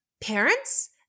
parents